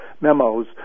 memos